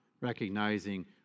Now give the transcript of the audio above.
recognizing